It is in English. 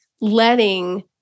letting